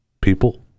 people